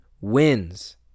wins